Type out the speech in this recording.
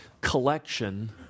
collection